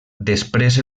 després